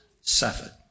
suffered